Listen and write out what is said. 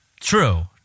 True